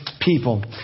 people